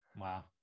Wow